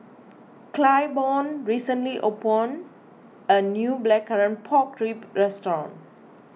Claiborne recently opened a new Blackcurrant Pork Ribs Restaurant